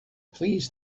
please